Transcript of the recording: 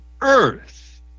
earth